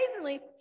amazingly